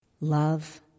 Love